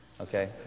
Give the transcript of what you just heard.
Okay